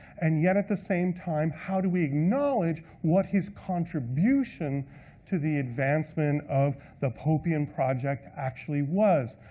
and yet, at the same time, how do we acknowledge what his contribution to the advancement of the popian project actually was.